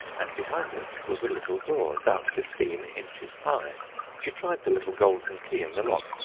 and behind it was a little door about fifteen inches high she tried the little golden key in the lock,